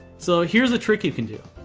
so here's a trick you can do.